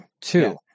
Two